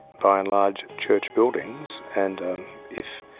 by and large, church buildings, and if,